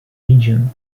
region